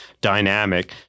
dynamic